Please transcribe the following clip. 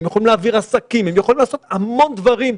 יכולים להעביר עסקים ולעשות המון דברים,